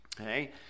Okay